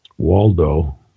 Waldo